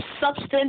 substance